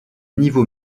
niveau